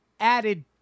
added